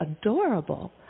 adorable